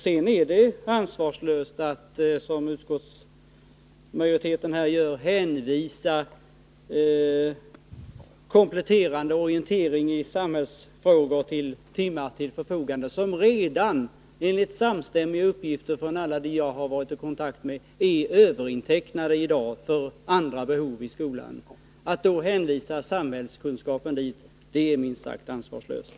Det är ansvarslöst att, som utskottsmajoriteten gör, hänvisa kompletterande orientering i samhällsfrågor till timmar till förfogande som redan, enligt samstämmiga uppgifter från alla dem jag varit i kontakt med, är överintecknade för andra behov i skolan; att då hänvisa samhällskunskapen dit är minst sagt ansvarslöst.